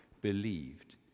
believed